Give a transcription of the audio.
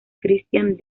cristián